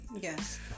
Yes